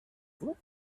group